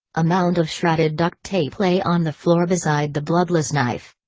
a mound of shredded duct tape lay on the floor beside the bloodless knife.